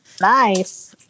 Nice